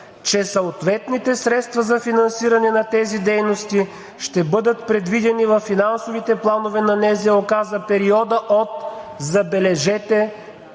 че съответните средства за финансиране на тези дейности ще бъдат предвидени във финансовите планове на НЗОК за периода, забележете,